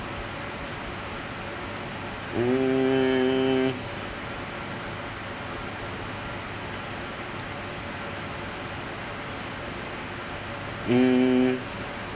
mm mm